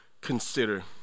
consider